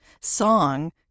song